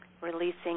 releasing